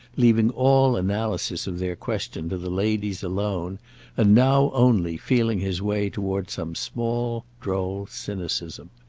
leaving all analysis of their question to the ladies alone and now only feeling his way toward some small droll cynicism.